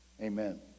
Amen